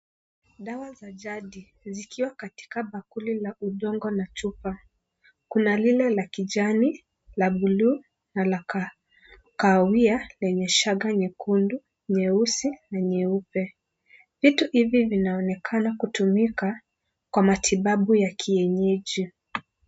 Dawa za jadi, zikiwa katika bakuli ya udongo na chupa. Kuna lile la kijani, la blue ,na la kahawia lenye shaga nyekundu, nyeusi na nyeupe. Vitu hivi vinaonekana kutumika kwa matibabu ya kienyeji.